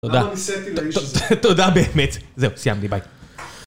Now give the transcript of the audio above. תודה. תודה באמת. זהו סיימתי ביי.